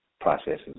processes